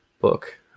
book